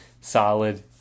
solid